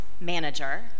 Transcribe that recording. manager